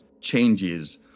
changes